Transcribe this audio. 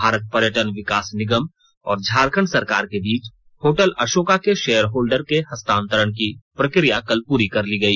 भारत पर्यटन विकास निगम और झारखंड सरकार के बीच होटल अशोका के शेयर होल्डर के हस्तांतरण की प्रक्रिया कल पुरी कर ली गई